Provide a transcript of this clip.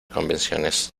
convenciones